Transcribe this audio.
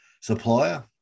supplier